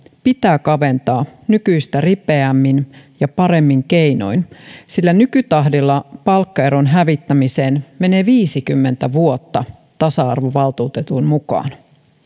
pitää kaventaa nykyistä ripeämmin ja paremmin keinoin sillä nykytahdilla palkkaeron hävittämiseen menee viisikymmentä vuotta tasa arvovaltuutetun mukaan